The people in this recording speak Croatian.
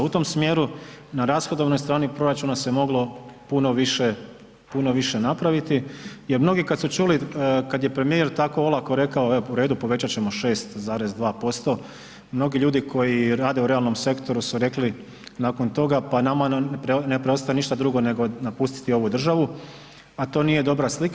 U tom smjeru na rashodovnoj strani proračuna se moglo puno više, puno više napraviti jer mnogi kad su čuli kad je premijer tako olako rekao u redu povećat ćemo 6,2%, mnogi ljudi koji rade u realnom sektoru su rekli nakon toga pa nama ne preostaje ništa drugo nego napustiti ovu državu, a to nije dobra slika.